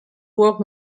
work